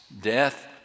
death